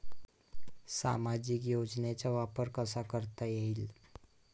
सामाजिक योजनेचा वापर कसा करता येईल?